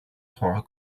por